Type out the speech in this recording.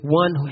one